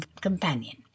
companion